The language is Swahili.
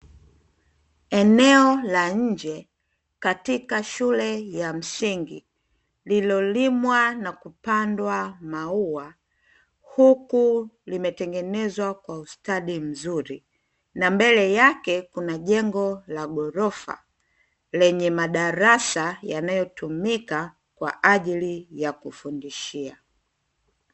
Eneo la nje katika shule ya msingi lililolimwa na kupandwa maua huku limetengenezwa kwa ustadi mzuri, na mbele yake kuna jengo la gorofa yenye madarasa yanayo tumika kwajili ya kufundishia.